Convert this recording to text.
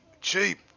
cheap